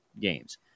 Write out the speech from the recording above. games